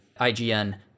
IGN